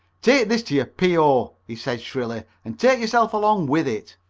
take this to your p o, he said shrilly, and take yourself along with it.